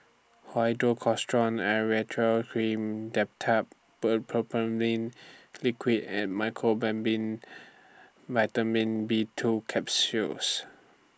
Hydrocortisone Cream Dimetapp Brompheniramine Liquid and Mecobalamin Vitamin B two Capsules